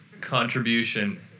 contribution